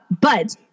But-